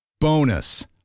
Bonus